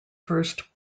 first